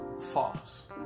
false